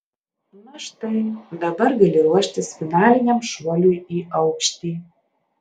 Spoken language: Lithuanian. na štai dabar gali ruoštis finaliniam šuoliui į aukštį